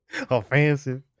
Offensive